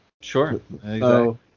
sure